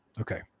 Okay